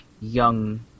young